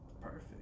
perfect